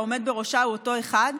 העומד בראשה הוא אותו אחד,